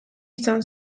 izan